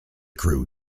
crew